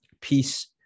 peace